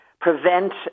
prevent